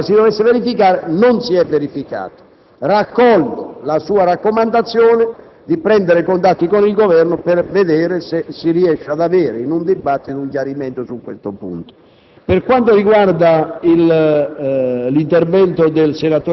quell'avvenimento che a partire dal senatore Pastore sembrava si dovesse verificare, non si è verificato. Raccolgo, in ogni caso, la sua raccomandazione di prendere contatti con il Governo per vedere se si riesce ad ottenere in un dibattito un chiarimento sul punto.